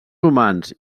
humans